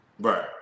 Right